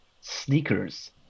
sneakers